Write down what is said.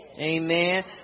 Amen